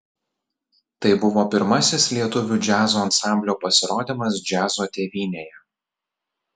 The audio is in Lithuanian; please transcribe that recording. tai buvo pirmasis lietuvių džiazo ansamblio pasirodymas džiazo tėvynėje